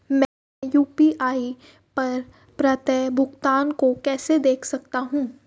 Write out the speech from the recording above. मैं यू.पी.आई पर प्राप्त भुगतान को कैसे देख सकता हूं?